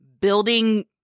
building